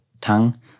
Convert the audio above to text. tongue